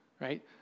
right